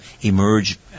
emerge